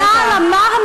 הייתה על ה"מרמרה",